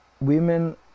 Women